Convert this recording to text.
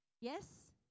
Yes